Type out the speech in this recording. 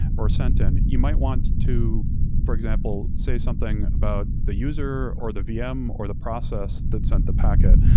or sent in. you might want to for example, say something about the user, or the vm, or the process that sent the packet.